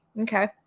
Okay